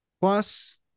Plus